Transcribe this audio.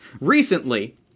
recently